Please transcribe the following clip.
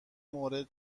مورد